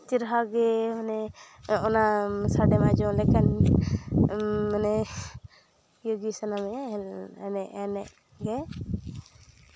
ᱪᱮᱨᱦᱟ ᱜᱮ ᱢᱟᱱᱮ ᱚᱱᱟ ᱥᱟᱰᱮᱢ ᱟᱸᱡᱚᱢ ᱞᱮᱠᱷᱟᱱ ᱢᱟᱱᱮ ᱤᱭᱟᱹ ᱜᱮ ᱥᱟᱱᱟ ᱢᱮᱭᱟ ᱮᱱᱮᱡ ᱮᱱᱮᱡ ᱜᱮ